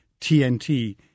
TNT